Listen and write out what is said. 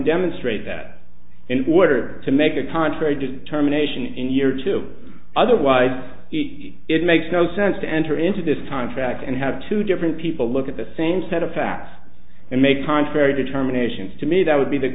demonstrate that in order to make a contrary determination in year two otherwise it makes no sense to enter into this time track and have two different people look at the same set of facts and make contrary determinations to me that would be the